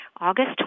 August